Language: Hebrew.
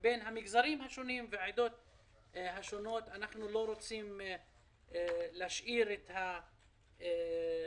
אנחנו שוב יוצאים לדרך חדשה,